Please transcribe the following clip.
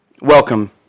Welcome